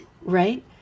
right